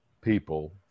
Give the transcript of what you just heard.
people